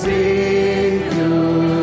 Savior